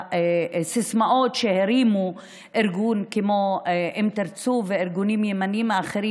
הסיסמאות שהרים ארגון כמו אם תרצו וארגונים ימניים אחרים